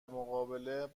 مقابل